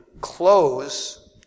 close